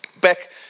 Back